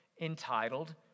entitled